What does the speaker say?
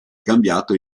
cambiato